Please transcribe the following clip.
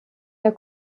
der